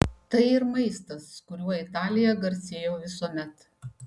tai ir maistas kuriuo italija garsėjo visuomet